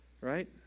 right